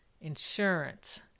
insurance